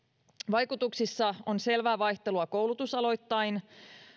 vaikutuksissa on selvää vaihtelua koulutusaloittain